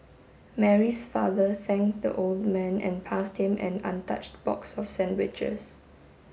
Mary's father thanked the old man and passed him an untouched box of sandwiches